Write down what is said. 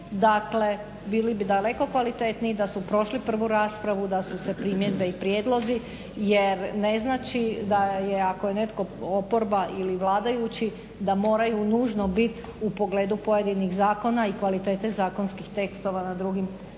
Dakle, bili bi daleko kvalitetniji da su prošli prvu raspravu, da su se primjedbe i prijedlozi, jer ne znači da je, ako je netko oporba ili vladajući da moraju nužno biti u pogledu pojedinih zakona i kvalitete zakonskih tekstova na drugim stranama.